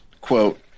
quote